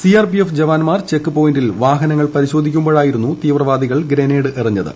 CRPF ജവാൻമാർ check പോയിന്റിൽ വാഹനങ്ങൾ പരിശോധിക്കുമ്പോഴായിരുന്നു തീവ്രവാദികൾ ഗ്രനേഡ് എറിഞ്ഞത്